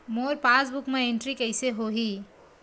मोर passbook मा entry कइसे होही?